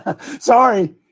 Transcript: Sorry